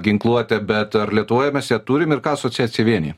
ginkluotę bet ar lietuvoje mes ją turim ir ką asociacija vienija